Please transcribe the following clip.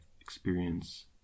experience